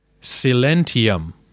Silentium